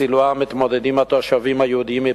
בסילואן מתמודדים התושבים היהודים עם